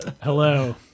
Hello